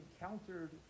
encountered